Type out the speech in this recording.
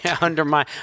undermine